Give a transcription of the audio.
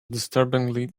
disturbingly